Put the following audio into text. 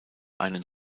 einen